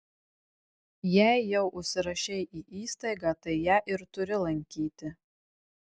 jei jau užsirašei į įstaigą tai ją ir turi lankyti